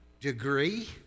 degree